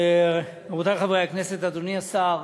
רבותי חברי הכנסת, אדוני השר,